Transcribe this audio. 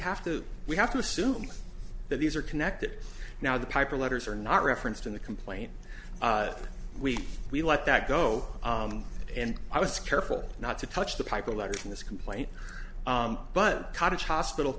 have to we have to assume that these are connected now the piper letters are not referenced in the complaint we we let that go and i was careful not to touch the piper letter in this complaint but cottage hospital